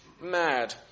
mad